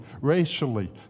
racially